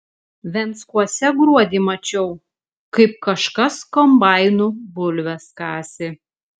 venckuose gruodį mačiau kaip kažkas kombainu bulves kasė